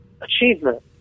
achievement